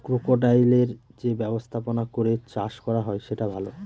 ক্রোকোডাইলের যে ব্যবস্থাপনা করে চাষ করা হয় সেটা ভালো